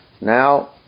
Now